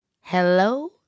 Hello